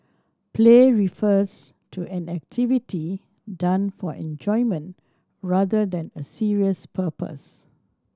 play refers to an activity done for enjoyment rather than a serious purpose